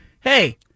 hey